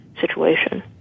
situation